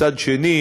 מצד שני,